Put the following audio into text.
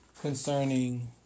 concerning